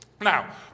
Now